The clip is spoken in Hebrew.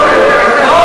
בהחלט.